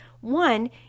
One